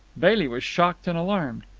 bailey was shocked and alarmed.